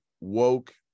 woke